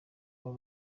abo